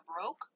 broke